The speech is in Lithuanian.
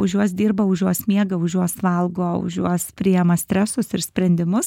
už juos dirba už juos miega už juos valgo už juos priema stresus ir sprendimus